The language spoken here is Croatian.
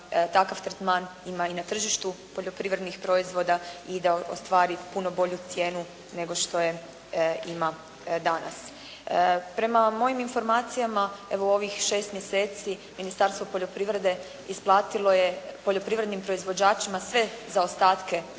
takav tretman ima i na tržištu poljoprivrednih proizvoda i da ostvari puno bolju cijenu nego što je ima danas. Prema mojim informacijama evo u ovih 6 mjeseci Ministarstvo poljoprivrede isplatilo je poljoprivrednih proizvođačima sve zaostatke